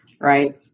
right